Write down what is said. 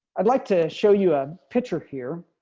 i'd like to show you a picture here.